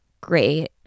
great